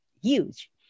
huge